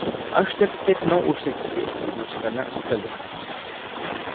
aš tik ketinau užsakyti hjustone staliuką